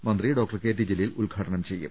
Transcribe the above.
മന്ത്രി doctor K T Jaleel ഉദ്ഘാടനം ചെയ്യും